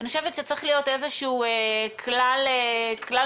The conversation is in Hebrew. אני חושבת שצריך להיות איזשהו כלל מפתח